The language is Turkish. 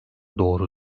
doğru